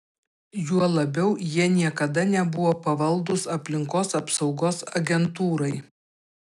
juo labiau jie niekada nebuvo pavaldūs aplinkos apsaugos agentūrai